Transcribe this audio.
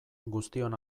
guztion